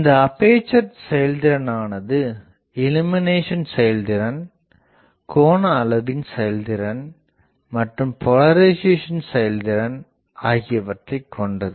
இந்த அப்பேசர் செயல்திறனானது இள்ளுமினேசன் செயல்திறன்கோண அளவின் செயல்திறன் மற்றும் போலரிசேசன் செயல்திறன் ஆகியவற்றை கொண்டது